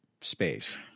space